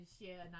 share